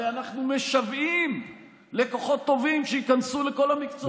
הרי אנחנו משוועים לכוחות טובים שייכנסו לכל המקצועות הטכניים.